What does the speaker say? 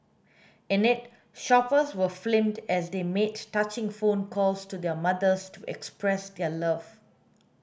in it shoppers were filmed as they made touching phone calls to their mothers to express their love